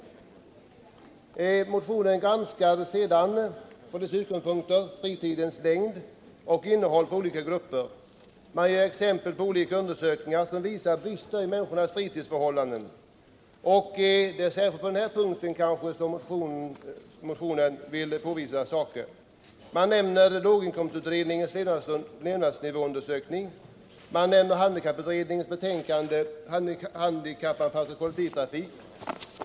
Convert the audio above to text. I motionen granskas sedan från dessa utgångspunkter fritidens längd och innehåll för olika grupper. Man ger exempel på olika undersökningar som visar brister i människornas fritidsförhållanden, och det är kanske särskilt på den punkten motionen vill påvisa någonting. Man nämner låginkomstutredningens levnadsnivåundersökning. Man nämner handikapputredningens betänkande Handikappanpassad kollektivtrafik.